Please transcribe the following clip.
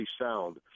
sound